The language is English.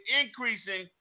increasing